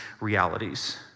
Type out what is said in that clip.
realities